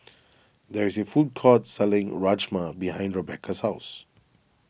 there is a food court selling Rajma behind Rebeca's house